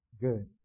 good